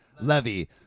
Levy